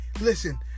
Listen